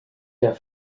der